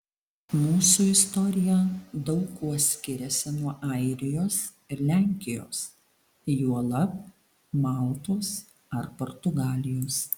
mūsų istorija daug kuo skiriasi nuo airijos ir lenkijos juolab maltos ar portugalijos